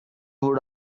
would